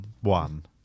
one